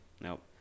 Nope